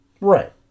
Right